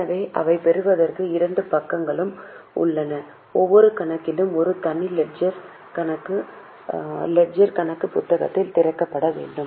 எனவே அதைப் பெறுவதற்கு இரண்டு பக்கங்களும் உள்ளன ஒவ்வொரு கணக்கிற்கும் ஒரு தனி லெட்ஜர் கணக்கு லெட்ஜர் புத்தகத்தில் திறக்கப்பட வேண்டும்